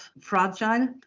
fragile